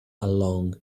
along